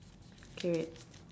K wait